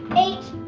eight,